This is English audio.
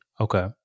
Okay